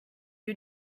you